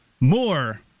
More